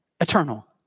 eternal